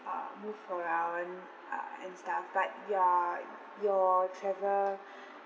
uh move around uh and stuff but your your travel